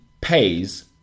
pays